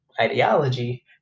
ideology